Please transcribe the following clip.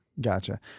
gotcha